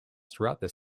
throughout